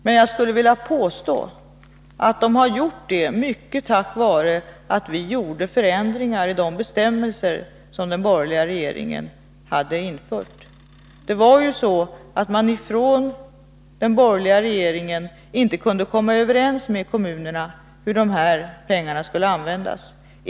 Men jag skulle vilja påstå att detta har skett mycket tack vare att vi gjorde förändringar i de bestämmelser som den borgerliga regeringen hade infört. Det var ju så, att man från den borgerliga regeringen inte kunde komma överens med kommunerna om hur dessa pengar skulle användas.